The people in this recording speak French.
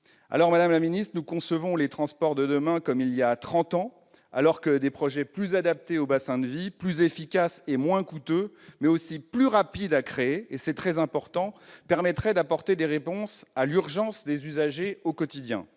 qui traverse l'Essonne. Nous concevons les transports de demain comme il y a trente ans, alors que des projets plus adaptés aux bassins de vie, plus efficaces et moins coûteux, mais aussi plus rapides à créer- c'est très important -permettraient d'apporter des réponses à l'urgence des usagers au quotidien.